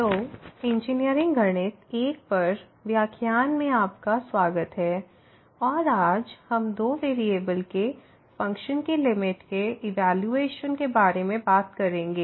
तो इंजीनियरिंग गणित I पर व्याख्यान में आपका स्वागत है और आज हम दो वेरिएबल के फ़ंक्शन की लिमिट के इवैल्यूएशन के बारे में बात करेंगे